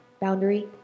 Boundary